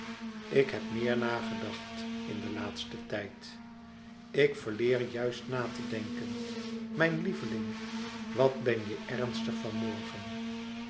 ik heb meer nagedacht in den laatsten tijd ik verleer juist na te denken mijn lieveling wat ben je ernstig van morgen